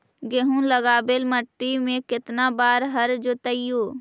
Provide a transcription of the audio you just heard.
गेहूं लगावेल मट्टी में केतना बार हर जोतिइयै?